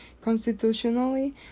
constitutionally